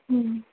हम्म